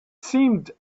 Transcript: seemed